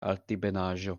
altebenaĵo